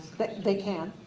but they can.